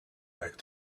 back